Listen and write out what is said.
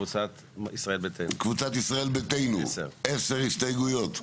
לקבוצת ישראל ביתנו יש כעשר הסתייגויות.